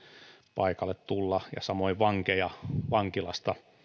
paikalle tulla samoin vankeja vankilasta